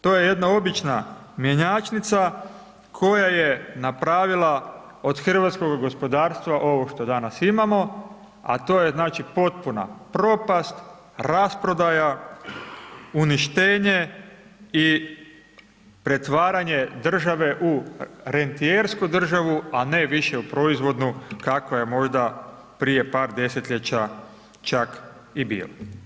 To je jedna obična mjenjačnica, koje je napravila od hrvatskoga gospodarstva ovo što danas imamo, a to je znači potpuna propast, rasprodaja, uništenje i pretvaranje države u rentijersku državu, a ne više u proizvodnu, kakva je možda prije par desetljeća čak i bila.